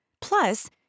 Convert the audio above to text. Plus